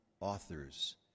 authors